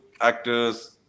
actors